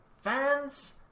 fans